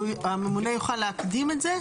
שהממונה יוכל להקדים את זה?